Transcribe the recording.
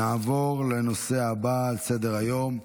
נעבור לנושא הבא על סדר-היום,